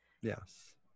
Yes